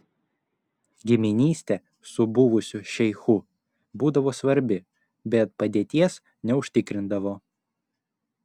giminystė su buvusiu šeichu būdavo svarbi bet padėties neužtikrindavo